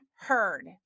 heard